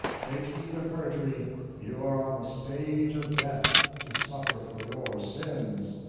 take heed of perjury you are on the stage of death, to suffer for your sins.